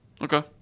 Okay